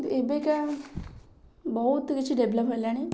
ଏବେକା ବହୁତ କିଛି ଡେଭଲପ୍ ହେଲାଣି